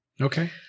Okay